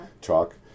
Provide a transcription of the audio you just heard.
Chalk